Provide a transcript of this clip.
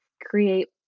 create